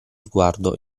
sguardo